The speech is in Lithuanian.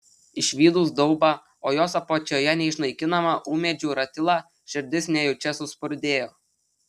išvydus daubą o jos apačioje neišnaikinamą ūmėdžių ratilą širdis nejučia suspurdėjo